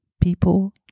people